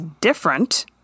different